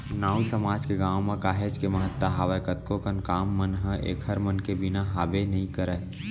नाऊ समाज के गाँव म काहेच के महत्ता हावय कतको कन काम मन ह ऐखर मन के बिना हाबे नइ करय